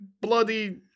bloody